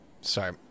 Sorry